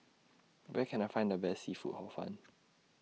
Where Can I Find The Best Seafood Hor Fun